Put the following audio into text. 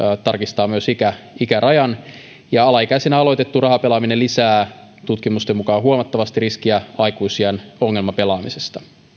tarkistaa myös ikärajan alaikäisenä aloitettu rahapelaaminen lisää tutkimusten mukaan huomattavasti riskiä aikuisiän ongelmapelaamiseen